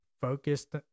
focused